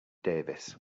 davis